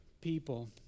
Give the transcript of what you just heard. people